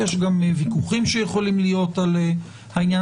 יש גם ויכוחים שיכולים להיות על העניין